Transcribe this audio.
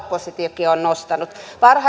oppositiokin on on nostanut